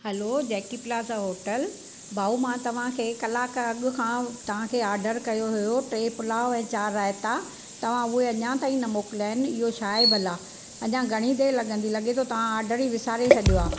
hello Jackie plaza hotel भाऊ मां तव्हांखे कलाकु अॻु खां तव्हांखे ऑडर कयो हुओ टे पुलाउ चारि रायता तव्हां उहे अञा ताईं न मोकिलिया आहिनि इहो छा आहे भला अञा घणी देरि लॻंदी लॻे थो तव्हां आडर ई विसारे छॾियो आहे